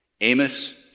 Amos